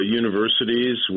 universities